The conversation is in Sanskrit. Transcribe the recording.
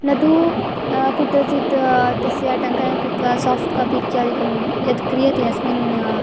न तु कुत्रचित् तस्य टङ्कनं कृत्वा साफ़्ट् कापि इत्यादिकं यद् क्रियते अस्मिन्